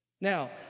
Now